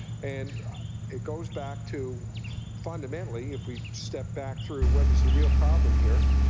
and it goes back to fundamentally, if we step back through what is the real problem here,